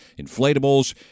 inflatables